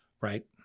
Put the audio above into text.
Right